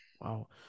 wow